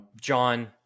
john